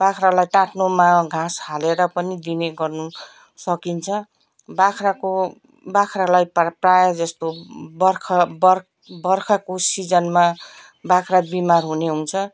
बाख्रालाई टाट्नोमा घाँस हालेर पनि दिने गर्नु सकिन्छ बाख्राको बाख्रालाई पार प्रायः जस्तो बर्ख बर बर्खाको सिजनमा बाख्रा बिमार हुने हुन्छ